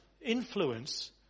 influence